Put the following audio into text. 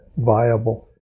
viable